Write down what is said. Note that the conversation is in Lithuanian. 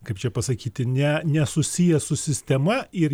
kaip čia pasakyti ne nesusijęs su sistema ir